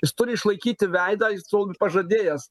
jis turi išlaikyti veidą jis tol pažadėjęs